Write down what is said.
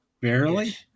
Barely